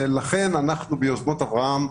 אנחנו ב-"יוזמות אברהם"